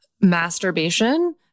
masturbation